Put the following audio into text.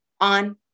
on